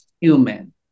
human